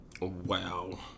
Wow